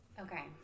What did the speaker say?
Okay